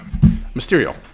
Mysterio